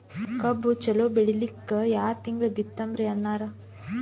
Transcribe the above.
ಕಬ್ಬು ಚಲೋ ಬೆಳಿಲಿಕ್ಕಿ ಯಾ ತಿಂಗಳ ಬಿತ್ತಮ್ರೀ ಅಣ್ಣಾರ?